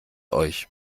euch